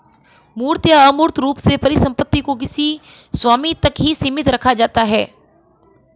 मूर्त या अमूर्त रूप से परिसम्पत्ति को किसी स्वामी तक ही सीमित रखा जाता है